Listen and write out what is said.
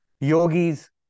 Yogis